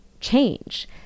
change